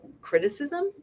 criticism